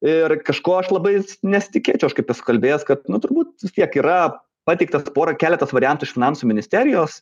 ir kažko aš labai nesitikėčiau aš kaip esu kalbėjęs kad nu turbūt vis tiek yra pateiktas porą keletas variantų iš finansų ministerijos